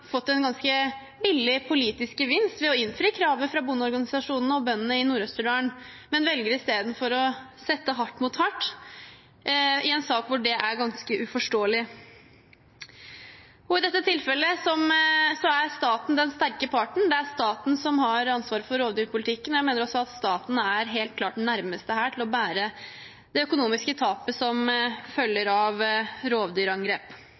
fått en ganske billig politisk gevinst ved å innfri kravet fra bondeorganisasjonene og bøndene i Nord-Østerdal, men velger i stedet å sette hardt mot hardt i en sak hvor det er ganske uforståelig. I dette tilfellet er staten den sterke part. Det er staten som har ansvar for rovdyrpolitikken, og jeg mener også at staten helt klart er den nærmeste til å bære det økonomiske tapet som følger av rovdyrangrep.